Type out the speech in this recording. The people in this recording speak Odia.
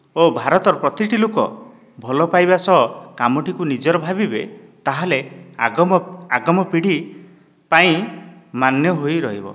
ଓ ଭାରତର ପ୍ରତିଟି ଲୋକ ଭଲ ପାଇବା ସହ କାମଟିକୁ ନିଜର ଭାବିବେ ତା'ହେଲେ ଆଗମ ଆଗମ ପିଢ଼ି ପାଇଁ ମାନ୍ୟ ହୋଇ ରହିବ